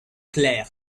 clair